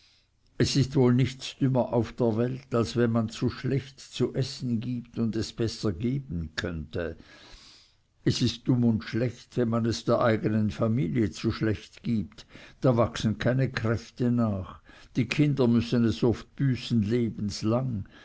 es ist wohl nichts dümmer auf der welt als wenn man zu schlecht zu essen gibt und es besser geben könnte es ist dumm und schlecht wenn man es der eigenen familie zu schlecht gibt da wachsen keine kräfte nach die kinder müssen es oft büßen lebenslang